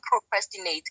procrastinate